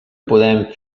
podem